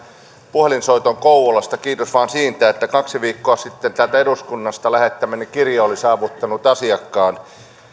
puhelinsoiton kouvolasta kiitos vain siitä että kaksi viikkoa sitten täältä eduskunnasta lähettämäni kirje oli saavuttanut asiakkaan tämä on